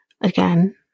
Again